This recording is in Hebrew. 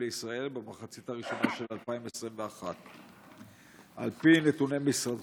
לישראל במחצית הראשונה של 2021. על פי נתוני משרדך,